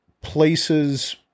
places